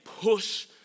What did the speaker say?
Push